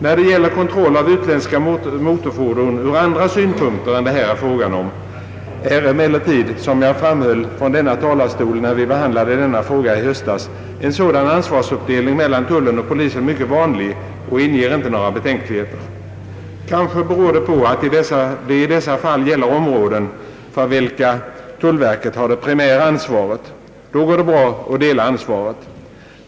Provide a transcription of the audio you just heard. När det gäller kontroll av utländska motorfordon ur andra synpunkter än det här är fråga om är emellertid — som jag framhöll från denna talarstol när vi behandlade denna fråga i höstas — en sådan ansvarsuppdelning mellan tullen och polisen mycket vanlig och inger inte några betänkligheter. Kanske beror det på att det i dessa fall gäller områden för vilka tullverket har det primära ansvaret. Då går det bra att dela ansvaret.